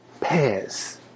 pears